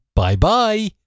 Bye-bye